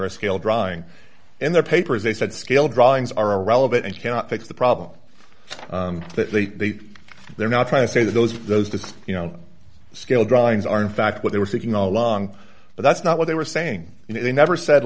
a scale drawing in their papers they said scale drawings are relevant and cannot fix the problem that they they're not trying to say that those those disks you know scale drawings are in fact what they were thinking all along but that's not what they were saying you know they never said